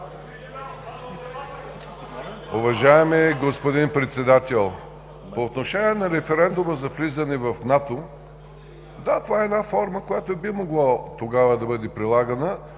Уважаеми господин Председател! По отношение на референдума за влизане в НАТО – да, това е форма, която би могло да бъде приложена